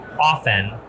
often